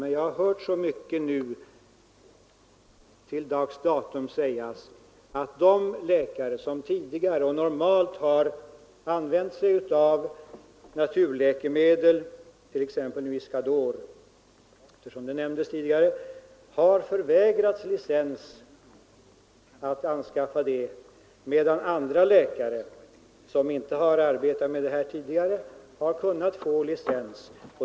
Men jag har hört så mycket sägas till dags dato om att de läkare som tidigare och normalt har använt sig av naturläkemedel — såsom t.ex. Iscador, eftersom det medlet nämndes här tidigare — har förvägrats licens för att anskaffa de medlen, medan andra läkare, som inte har arbetat med sådana medel tidigare, har kunnat erhålla licens.